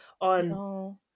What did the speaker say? on